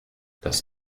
das